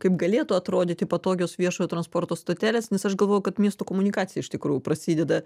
kaip galėtų atrodyti patogios viešojo transporto stotelės nes aš galvoju kad miesto komunikacija iš tikrųjų prasideda